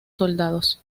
soldados